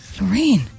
Lorraine